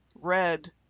red